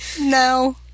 no